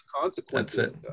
consequences